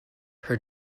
her